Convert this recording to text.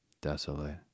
desolate